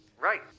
Right